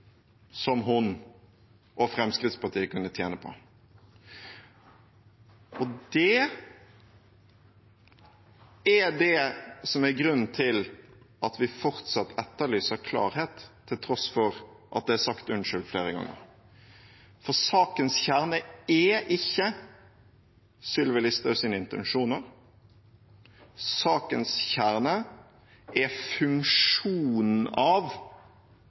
som hun og Fremskrittspartiet kunne tjene på. Og det er det som er grunnen til at vi fortsatt etterlyser klarhet, til tross for at det er sagt unnskyld flere ganger. For sakens kjerne er ikke Sylvi Listhaugs intensjoner, sakens kjerne er funksjonen av